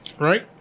Right